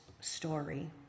story